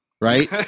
Right